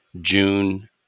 June